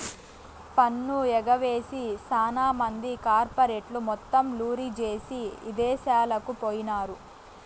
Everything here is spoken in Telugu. పన్ను ఎగవేసి సాన మంది కార్పెరేట్లు మొత్తం లూరీ జేసీ ఇదేశాలకు పోయినారు